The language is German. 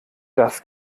das